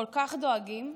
כל כך דואגים.